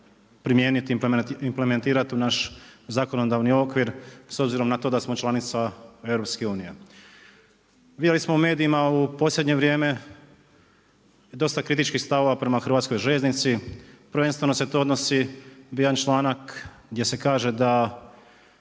primijeniti, implementirati u naš zakonodavni okvir s obzirom na to da smo članica EU-a. Vidjeli smo u medijima u posljednje vrijeme, dosta kritičkih stavova prema hrvatskoj željeznici, prvenstveno se to odnosi, bio je jedan članak gdje se piše